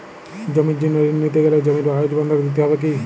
জমির জন্য ঋন নিতে গেলে জমির কাগজ বন্ধক দিতে হবে কি?